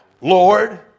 Lord